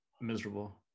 miserable